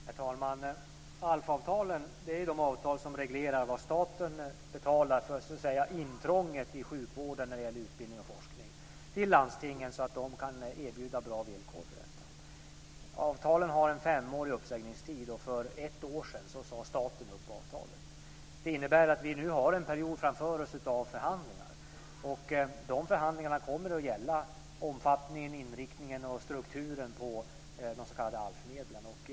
Herr talman! ALF-avtalen är ju de avtal som reglerar vad staten betalar till landstingen så att säga för det intrång i sjukvården som förorsakas av utbildning och forskning, så att landstingen kan erbjuda bra villkor för detta. Avtalen har en femårig uppsägningstid, och för ett år sedan sade staten upp avtalen. Det innebär att vi nu har en period framför oss av förhandlingar, och de kommer att gälla omfattningen, inriktningen och strukturen av de s.k. ALF-medlen.